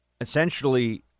essentially